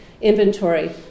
inventory